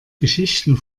geschichten